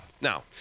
Now